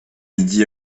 midi